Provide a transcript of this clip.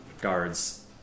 guards